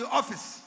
office